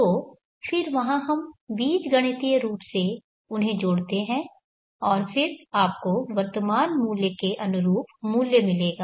तो फिर वहां हम बीजगणितीय रूप से उन्हें जोड़ते हैं और फिर आपको वर्तमान मूल्य के अनुरूप मूल्य मिलेगा